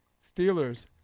Steelers